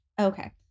Okay